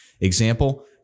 example